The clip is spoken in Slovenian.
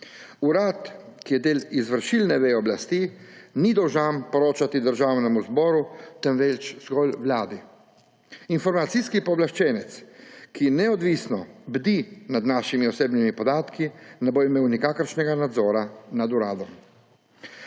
Urad, ki je del izvršilne veje oblasti, ni dolžan poročati Državnemu zboru, temveč zgolj Vladi. Informacijski pooblaščenec, ki neodvisno bdi nad našimi osebnimi podatki, ne bo imel nikakršnega nadzora nad uradom.